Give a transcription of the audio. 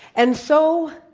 and so,